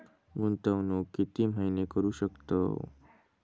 गुंतवणूक किती महिने करू शकतव?